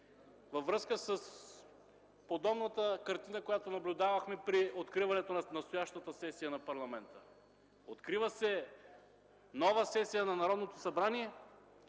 във връзка с подобната картина, която наблюдавахме при откриването на настоящата сесия на парламента. Открива се нова сесия на Народното събрание,